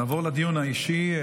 נעבור לדיון האישי.